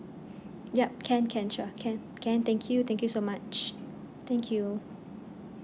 yup can can sure can can thank you thank you so much thank you